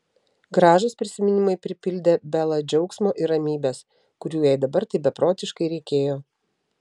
gražūs prisiminimai pripildė belą džiaugsmo ir ramybės kurių jai dabar taip beprotiškai reikėjo